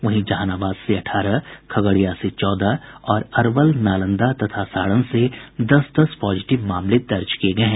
वहीं जहानाबाद से अठारह खगड़िया से चौदह और अरवल नालंदा तथा सारण से दस दस पॉजिटिव मामले दर्ज किये गये हैं